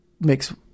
makes